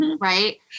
right